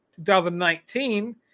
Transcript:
2019